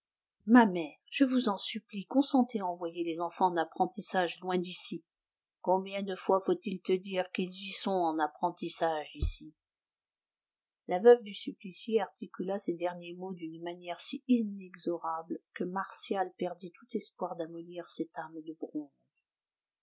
ma mère je vous en supplie consentez à envoyer les enfants en apprentissage loin d'ici combien de fois faut-il te dire qu'ils y sont en apprentissage ici la veuve du supplicié articula ces derniers mots d'une manière si inexorable que martial perdit tout espoir d'amollir cette âme de